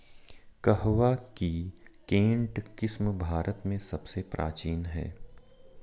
कहवा की केंट किस्म भारत में सबसे प्राचीन है